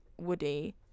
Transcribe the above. Woody